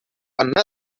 another